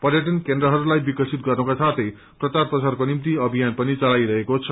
पर्यटन केन्द्रहरूलाई विकसित गर्नुका साथे प्रचार प्रसारको निम्ति अभियान पनि चलाईरहेको छ